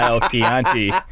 Chianti